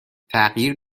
تغییر